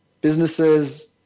businesses